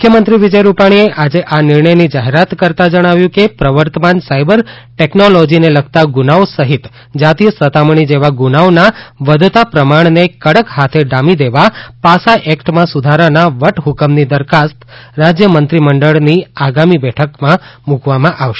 મુખ્યમંત્રી વિજય રૂપાણીએ આજે આ નિર્ણયની જાહેરાત કરતાં જણાવ્યુ કે પ્રવર્તમાન સાયબર ટેકનોલોજીને લગતા ગૂનાઓ સહિત જાતિય સતામણી જેવા ગૂનાઓના વધતા પ્રમાણને કડક હાથે ડામી દેવા પાસા એકટમાં સુધારાના વટહ્કમની દરખાસ્ત રાજ્ય મંત્રીમંડળની આગામી બેઠકમાં મૂકવામાં આવશે